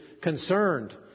concerned